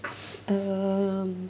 um